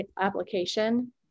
application